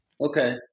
Okay